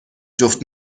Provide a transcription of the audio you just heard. جفت